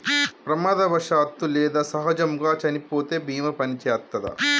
ప్రమాదవశాత్తు లేదా సహజముగా చనిపోతే బీమా పనిచేత్తదా?